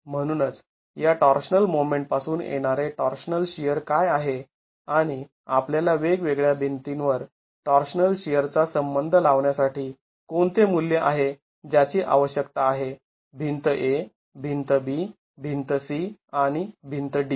म्हणूनच या torsional moment पासून येणारे टॉर्शनल शिअर काय आहे आणि आपल्याला वेगवेगळ्या भिंतीं वर टॉर्शनल शिअर चा संबंध लावण्यासाठी कोणते मूल्य आहे ज्याची आवश्यकता आहे भिंत A भिंत B भिंत C आणि भिंत D